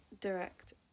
direct